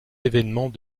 évènements